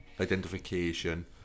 identification